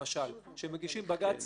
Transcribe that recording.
למשל, כשמגישים בג"ץ